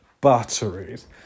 batteries